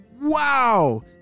Wow